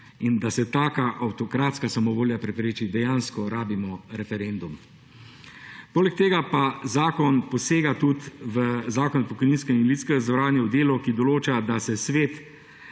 in da se taka avtokratska samovolja prepreči, dejansko rabimo referendum. Poleg tega pa zakon posega tudi v Zakon o pokojninskem in invalidskem zavarovanju, v delu, ki določa, da se Svet